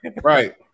right